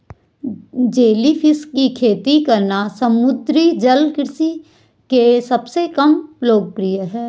jellyfish की खेती करना समुद्री जल कृषि के सबसे कम लोकप्रिय है